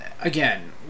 again